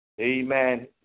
Amen